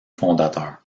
fondateurs